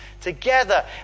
together